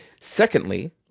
Secondly